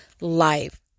life